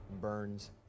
burns